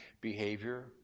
behavior